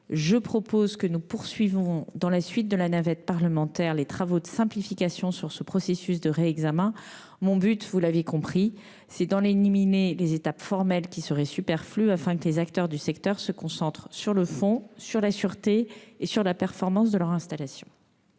je propose que nous poursuivions, dans la suite de la navette parlementaire, les travaux de simplification de ce processus de réexamen pour en éliminer les étapes formelles superflues, afin que les acteurs du secteur se concentrent sur le fond : la sûreté et la performance de leur installation.